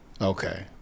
okay